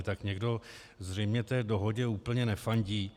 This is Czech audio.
Tak někdo zřejmě té dohodě úplně nefandí.